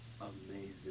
Amazing